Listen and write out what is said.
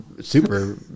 super